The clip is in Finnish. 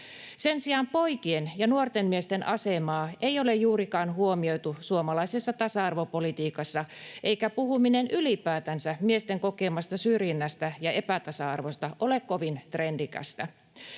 Sen sijaan poikien ja nuorten miesten asemaa ei ole juurikaan huomioitu suomalaisessa tasa-arvopolitiikassa, eikä puhuminen ylipäätänsä miesten kokemasta syrjinnästä ja epätasa-arvosta ole kovin trendikästä.